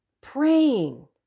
praying